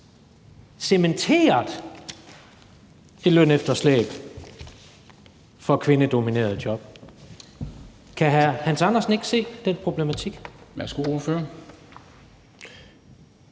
cementeret det lønefterslæb for kvindedominerede job. Kan hr. Hans Andersen ikke se den problematik? Kl. 19:05 Formanden